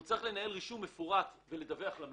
הוא צריך לנהל רישום מפורט ולדווח לממונה.